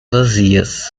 vazias